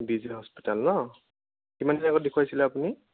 বিজয় hospital ন' কিমান দিন আগত দেখুৱাইছিল আপুনি